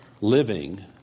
living